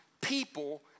people